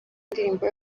indirimbo